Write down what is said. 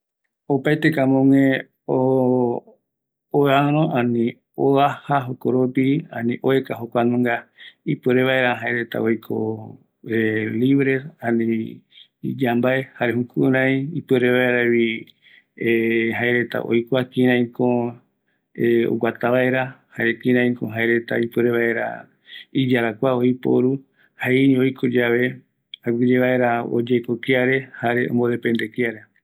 Opaeteko oïme yajata ñavae supe, jare jaeko yaeka, opaete yandereta, jukurai yaiko vaera iyambae, aguiyeara yayekoavei kiare yaiko